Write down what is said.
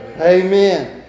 Amen